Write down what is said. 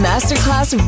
Masterclass